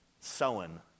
sowing